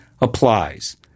applies